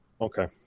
Okay